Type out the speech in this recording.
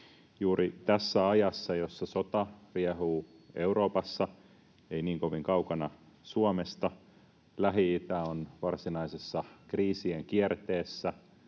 Juuri tässä ajassa, jossa sota riehuu Euroopassa ei niin kovin kaukana Suomesta, Lähi-itä on varsinaisessa kriisien kierteessä,